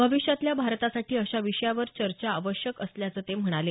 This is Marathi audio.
भविष्यातल्या भारतासाठी अशा विषयावर चर्चा आवश्यक असल्याचं ते म्हणाले